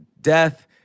death